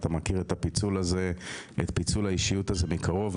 אתה מכיר את פיצול האישיות הזה מקרוב.